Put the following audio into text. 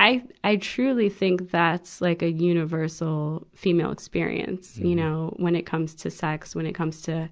i, i truly think that's like a universal female experience, you know, when it comes to sex, when it comes to,